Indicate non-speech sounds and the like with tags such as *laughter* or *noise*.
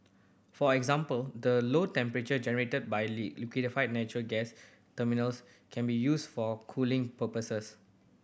for example the low temperature generated by *unintelligible* liquefied natural gas terminals can be used for cooling purposes